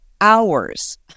hours